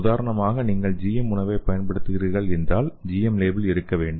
உதாரணமாக நீங்கள் GM உணவைப் பயன்படுத்துகிறீர்கள் என்றால் GM லேபிள் இருக்க வேண்டும்